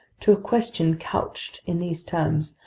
to a question couched in these terms,